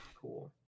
Cool